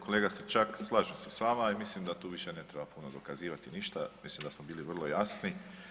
Kolega Stričak, slažem se s vama i mislim da tu više ne treba puno dokazivati ništa, mislim da smo bili vrlo jasni.